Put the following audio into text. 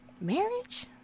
Marriage